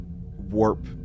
warp